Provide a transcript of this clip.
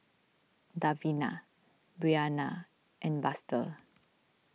Davina Brianna and Buster